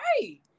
right